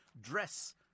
dress